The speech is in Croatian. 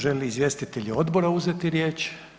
Žele li izvjestitelji odbora uzeti riječ?